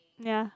ya